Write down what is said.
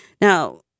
Now